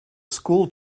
school